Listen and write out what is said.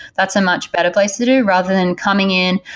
that's a much better place to do, rather than coming in,